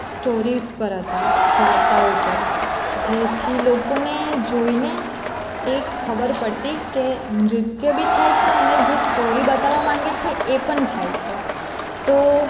stories પર હતાં વાર્તાઓ ઉપર જેથી લોકોને જોઈને એ ખબર પડતી કે નૃત્ય બી થાય છે અને જે સ્ટોરી બતાવવા માંગે છે એ પણ થાય છે તો